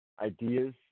Ideas